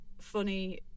funny